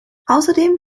außerdem